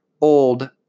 old